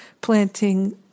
planting